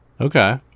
Okay